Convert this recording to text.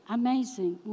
amazing